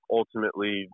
ultimately